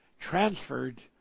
transferred